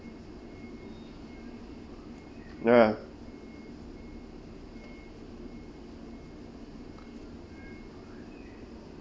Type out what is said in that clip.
no ah